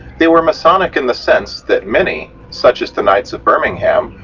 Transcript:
they were masonic in the sense that many, such as the knights of birmingham,